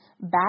Bad